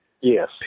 Yes